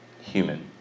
human